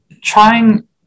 trying